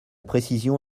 précision